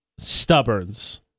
stubborns